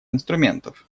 инструментов